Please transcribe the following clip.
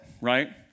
right